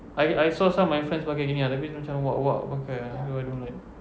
I I saw some of my friends pakai gini ah tapi dia macam wak wak pakai so I don't like